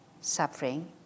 suffering